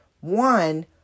One